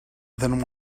then